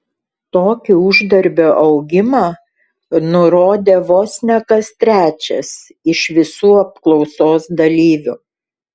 tokį uždarbio augimą nurodė vos ne kas trečias iš visų apklausos dalyvių